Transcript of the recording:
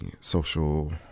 social